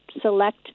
select